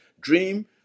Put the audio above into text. Dream